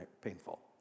painful